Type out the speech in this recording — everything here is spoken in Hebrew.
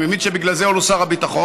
אני מבין שבגלל זה הוא לא שר הביטחון.